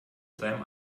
seinem